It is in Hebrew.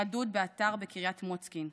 רדוד באתר בקריית מוצקין.